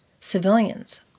civilians